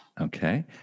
Okay